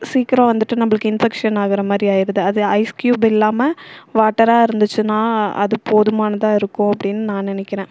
சீக்கிரம் வந்துட்டு நம்பளுக்கு இன்ஃபெக்ஷன் ஆகிற மாதிரி ஆயிடுது அது ஐஸ் க்யூப் இல்லாமல் வாட்டராக இருந்துச்சுனால் அது போதுமான தான் இருக்கும் அப்படின்னு நான் நினைக்கிறேன்